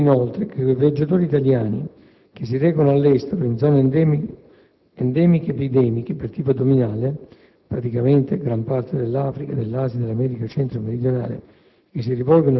Si sottolinea, inoltre, che quei viaggiatori italiani, che si recano all'estero in zone endemo/epidemiche per tifo addominale (praticamente gran parte dell'Africa, dell'Asia e dell'America centro-meridionale)